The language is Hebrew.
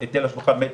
בסדר.